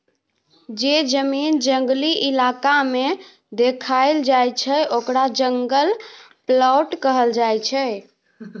जे जमीन जंगली इलाका में देखाएल जाइ छइ ओकरा जंगल प्लॉट कहल जाइ छइ